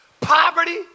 poverty